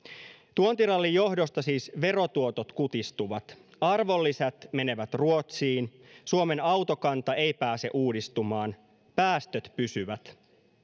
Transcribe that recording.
tuontirallin johdosta siis verotuotot kutistuvat arvonlisät menevät ruotsiin suomen autokanta ei pääse uudistumaan päästöt pysyvät